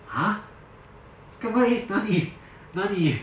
!huh! scrambled eggs 哪里哪里